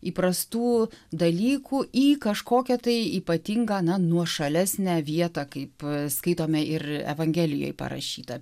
įprastų dalykų į kažkokią tai ypatingą na nuošalesnę vietą kaip skaitome ir evangelijoj parašyta